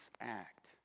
act